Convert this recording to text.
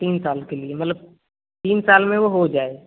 तीन साल के लिए मतलब तीन साल में वह हो जाए